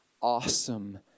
awesome